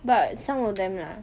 but some of them lah